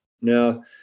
Now